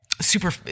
super